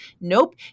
nope